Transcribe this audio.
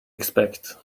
expect